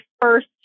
first